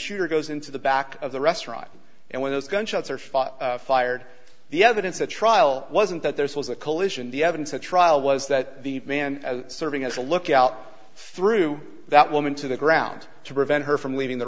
r goes into the back of the restaurant and when those gunshots are fought fired the evidence at trial wasn't that there was a collision the evidence at trial was that the man serving as a lookout through that woman to the ground to prevent her from leaving the